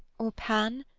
or pan?